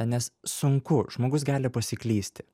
nes sunku žmogus gali pasiklysti